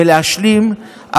להשלים.